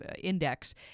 index